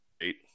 eight